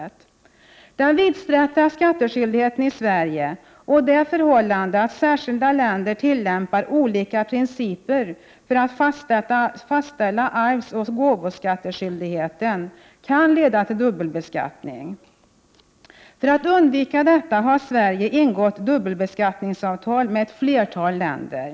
1988/89:46 Den vidsträckta skattskyldigheten i Sverige och det förhållande att skilda 15 december 1988 länder tillämpar olika principer för att fastställa arvsoch gåvoskatteskyldig heten kan leda till dubbelbeskattning. För att undvika detta har Sverige Arvs-och gåvoskatte: ingått dubbelbeskattningsavtal med ett flertal länder.